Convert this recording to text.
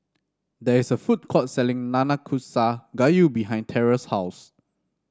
there is a food court selling Nanakusa Gayu behind Terell's house